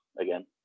again